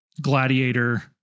gladiator